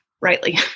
Rightly